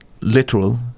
literal